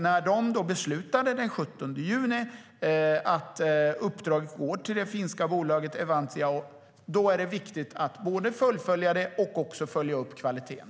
När de den 17 juni beslutade att uppdraget går till det finska bolaget Evantia Oy är det viktigt att fullfölja det och också följa upp kvaliteten.